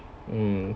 mm